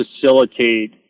facilitate